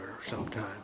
sometime